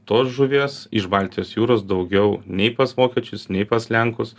tos žuvies iš baltijos jūros daugiau nei pas vokiečius nei pas lenkus